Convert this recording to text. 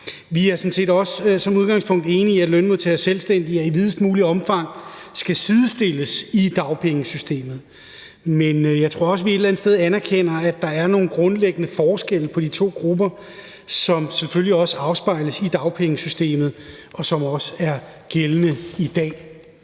set også som udgangspunkt enige i, at lønmodtagere og selvstændige i videst muligt omfang skal sidestilles i dagpengesystemet, men jeg tror også, at vi et eller andet sted også anerkender, at der er nogle grundlæggende forskelle på de to grupper, hvad der selvfølgelig også afspejles i dagpengesystemet, og som også er gældende i dag.